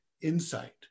insight